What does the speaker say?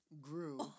grew